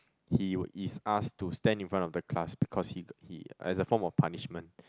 he is asked to stand in front of the class because he he as a form of punishment